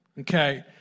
okay